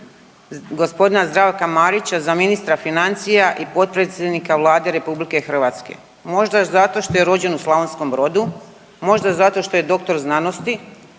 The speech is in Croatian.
izbor g. Zdravka Marića za ministra financija i potpredsjendika Vlade RH? Možda zato što je rođen u Slavonskom Brodu, možda zato što je doktor znanosti,